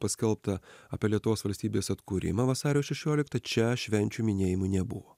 paskelbta apie lietuvos valstybės atkūrimą vasario šešioliktą čia švenčių minėjimų nebuvo